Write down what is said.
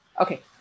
Okay